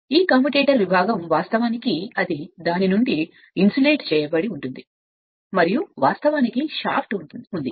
ఈ కమ్యుటేటర్ విభాగం వాస్తవానికి అది దాని నుండి ఇన్సులేట్ చేయబడింది మరియు వాస్తవానికి షాఫ్ట్ ఉంది